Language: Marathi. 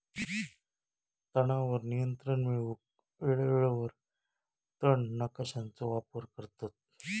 तणावर नियंत्रण मिळवूक वेळेवेळेवर तण नाशकांचो वापर करतत